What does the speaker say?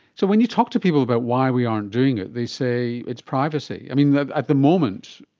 so when you talk to people about why we aren't doing it they say it's privacy. at the moment,